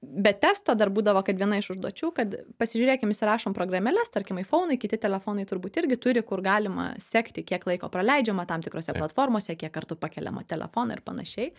be testo dar būdavo kad viena iš užduočių kad pasižiūrėkim įsirašom programėles tarkim ai founai kiti telefonai turbūt irgi turi kur galima sekti kiek laiko praleidžiama tam tikrose platformose kiek kartų pakeliama telefoną ir panašiai